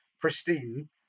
pristine